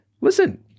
listen